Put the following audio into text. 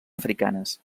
africanes